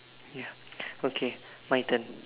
ya okay my turn